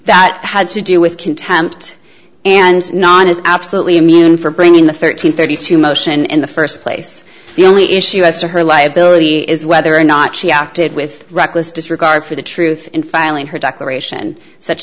that had to do with contempt and non is absolutely immune from bringing the thirteen thirty two motion in the first place the only issue as to her liability is whether or not she acted with reckless disregard for the truth in filing her declaration such